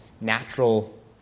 natural